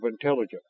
intelligence